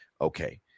okay